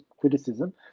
criticism